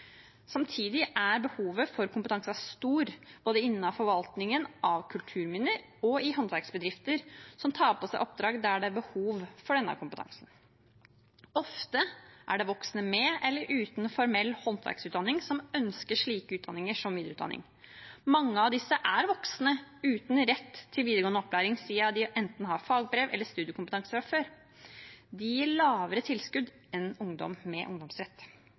Samtidig er behovet for kompetanse stort, både innen forvaltningen av kulturminner og i håndverksbedrifter som tar på seg oppdrag der det er behov for denne kompetansen. Ofte er det voksne med eller uten formell håndverksutdanning som ønsker slike utdanninger som videreutdanning. Mange av disse er voksne uten rett til videregående opplæring, siden de enten har fagbrev eller studiekompetanse fra før. De gir lavere tilskudd enn ungdom med ungdomsrett.